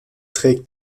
trägt